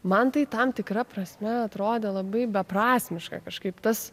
man tai tam tikra prasme atrodė labai beprasmiška kažkaip tas